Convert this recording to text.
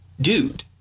dude